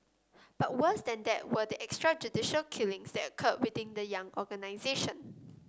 but worse than that were the extrajudicial killings that occurred within the young organisation